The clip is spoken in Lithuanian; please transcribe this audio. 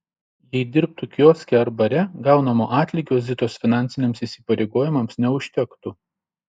jei dirbtų kioske ar bare gaunamo atlygio zitos finansiniams įsipareigojimams neužtektų